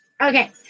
okay